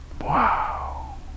Wow